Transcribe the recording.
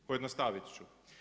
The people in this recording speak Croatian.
Pojednostavit ću.